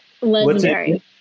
Legendary